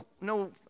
no